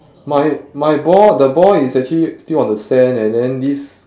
my my ball the ball is actually still on the sand and then this